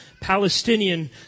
Palestinian